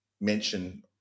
mention